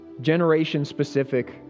generation-specific